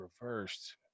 reversed